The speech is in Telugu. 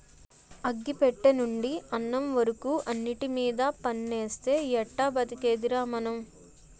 అగ్గి పెట్టెనుండి అన్నం వరకు అన్నిటిమీద పన్నేస్తే ఎట్టా బతికేదిరా మనం?